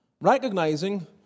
recognizing